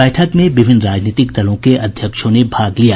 बैठक में विभिन्न राजनीतिक दलों के अध्यक्षों ने भाग लिया